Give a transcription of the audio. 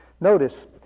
Notice